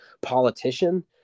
politician